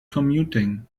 commuting